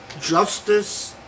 Justice